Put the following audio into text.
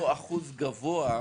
--- אותו אחוז גבוה,